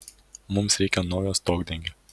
mums reikia naujo stogdengio